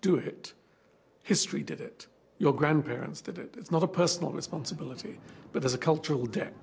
do it history did it your grandparents did it it's not a personal responsibility but there's a cultural de